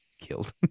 killed